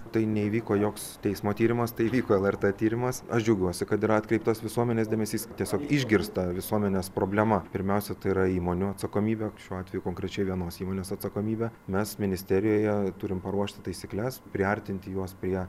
tai neįvyko joks teismo tyrimas tai vyko lrt tyrimas aš džiaugiuosi kad yra atkreiptas visuomenės dėmesys tiesiog išgirsta visuomenės problema pirmiausia tai yra įmonių atsakomybė šiuo atveju konkrečiai vienos įmonės atsakomybė mes ministerijoje turim paruošti taisykles priartinti juos prie